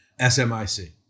SMIC